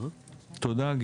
תודה.